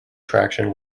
traction